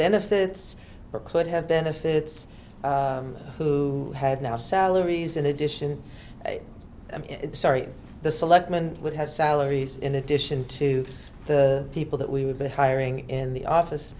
benefits or could have benefits who had now salaries in addition i'm sorry the selectmen would have salaries in addition to the people that we would be hiring in the office